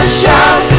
shout